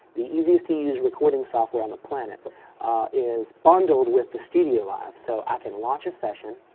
the easiest to use recording software on the planet is bundled with the studiolive so i can launch a session,